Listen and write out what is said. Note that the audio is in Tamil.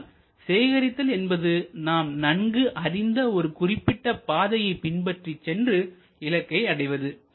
ஆனால் சேகரித்தல் என்பது நாம் நன்கு அறிந்த ஒரு குறிப்பிட்ட பாதையை பின்பற்றிச் சென்று இலக்கை அடைவது